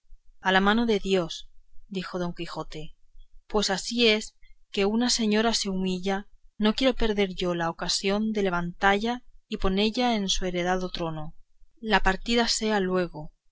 a la mano de dios dijo don quijote pues así es que una señora se me humilla no quiero yo perder la ocasión de levantalla y ponella en su heredado trono la partida sea luego